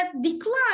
Decline